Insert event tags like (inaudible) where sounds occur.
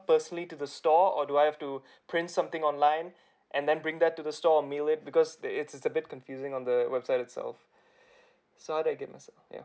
firstly to the store or do I have to (breath) print something online (breath) and then bring that to the store or mail it because that it's it's a bit confusing on the website itself (breath) so how do I get myself yeah